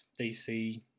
DC